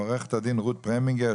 עורכת הדין רות פרמינגר,